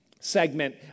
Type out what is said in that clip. segment